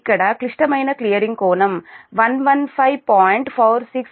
ఇక్కడ క్లిష్టమైన క్లియరింగ్ కోణం 115